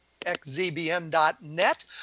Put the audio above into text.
xzbn.net